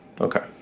Okay